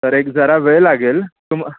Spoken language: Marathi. तर एक जरा वेळ लागेल तुम